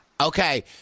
okay